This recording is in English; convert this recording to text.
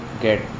get